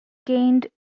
gained